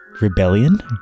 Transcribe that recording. Rebellion